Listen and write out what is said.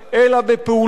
אלא בפעולת טרור.